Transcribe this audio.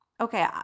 Okay